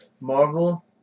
Marvel